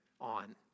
on